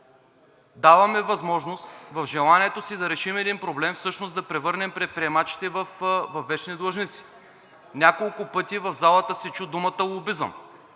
Даваме възможност в желанието си да решим един проблем всъщност да превърнем предприемачите във вечни длъжници. Няколко пъти в залата се чу думата „лобизъм“.